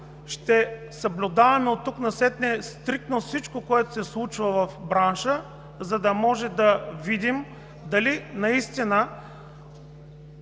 ще съблюдаваме стриктно всичко, което се случва в бранша, за да може да видим дали наистина